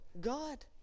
God